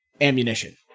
ammunition